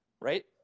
right